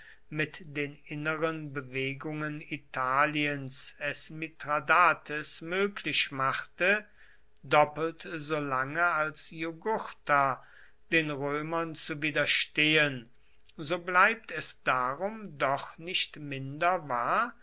mit den inneren bewegungen italiens es mithradates möglich machte doppelt so lange als jugurtha den römern zu widerstehen so bleibt es darum doch nicht minder wahr